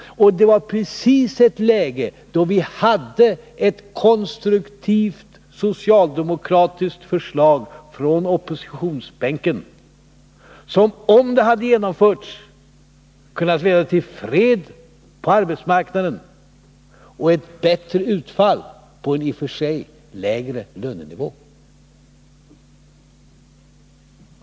Just i detta läge förelåg ett konstruktivt socialdemokratiskt förslag från oppositionsbänken, som — om det hade genomförts — hade kunnat leda till fred på arbetsmarknaden och till ett bättre utfall på en i och för sig lägre lönenivå.